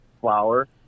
flour